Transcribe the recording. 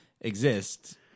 exist